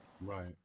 right